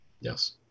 Yes